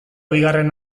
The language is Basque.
bigarren